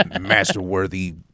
master-worthy